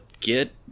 Get